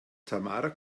tamara